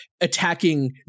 attacking